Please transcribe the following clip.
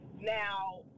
Now